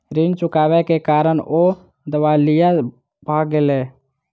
ऋण चुकबै के कारण ओ दिवालिया भ गेला